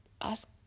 ask